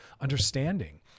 understanding